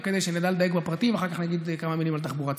רק כדי שנדע לדייק בפרטים ואחר כך נגיד כמה מילים על תחבורה ציבורית.